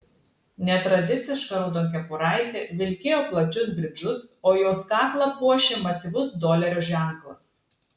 netradiciška raudonkepuraitė vilkėjo plačius bridžus o jos kaklą puošė masyvus dolerio ženklas